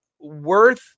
worth